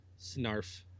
Snarf